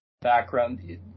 background